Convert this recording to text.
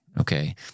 okay